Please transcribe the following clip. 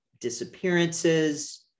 disappearances